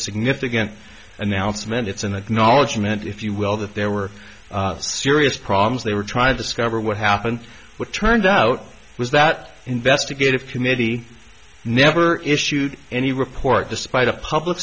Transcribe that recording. significant announcement it's an acknowledgement if you will that there were serious problems they were trying to discover what happened what turned out was that investigative committee never issued any report despite a public